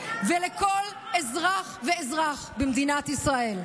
ולכל אזרח ואזרח במדינת ישראל.